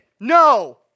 No